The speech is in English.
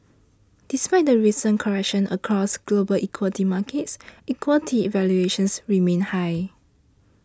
despite the recent correction across global equity markets equity valuations remain high